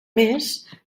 més